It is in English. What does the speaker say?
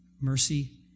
mercy